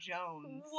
Jones